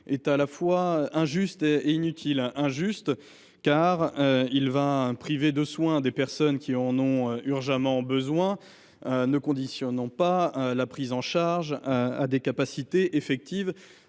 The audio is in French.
est à la fois injuste et inutile. Il est injuste, car il privera de soins des personnes qui en ont urgemment besoin, en ne conditionnant pas leur prise en charge aux capacités effectives